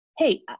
hey